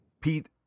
Pete